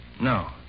No